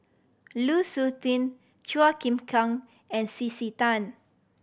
Lu Suitin Chua Chim Kang and C C Tan